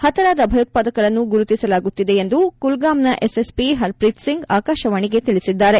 ಪತರಾದ ಭಯೋತ್ಪಾದಕರನ್ನು ಗುರುತಿಸಲಾಗುತ್ತಿದೆ ಎಂದು ಕುಲ್ಗಾಮ್ನ ಎಸ್ಎಸ್ಪಿ ಹರ್ಪ್ರೀತ್ ಸಿಂಗ್ ಆಕಾಶವಾಣಿಗೆ ತಿಳಿಸಿದ್ದಾರೆ